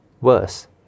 Worse